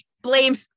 blame